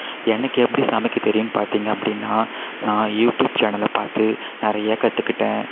எனக்கு எப்படி சமைக்க தெரியும் பார்த்தீங்க அப்படின்னா நான் யூடியூப் சேனலை பார்த்து நிறைய கற்றுக்கிட்டேன்